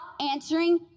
answering